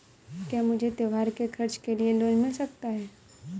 क्या मुझे त्योहार के खर्च के लिए लोन मिल सकता है?